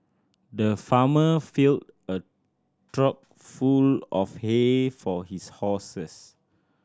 the farmer filled a trough full of hay for his horses